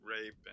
rape